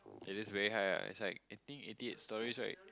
it is very high ah it's like I think eighty eight stories right